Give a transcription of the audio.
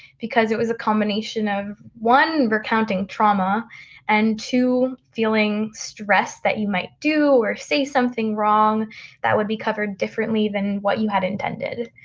because it was a combination of one, recounting trauma and two feeling stressed that you might do or say something wrong that would be covered differently than what you had intended.